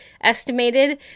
estimated